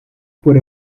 por